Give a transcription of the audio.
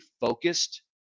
focused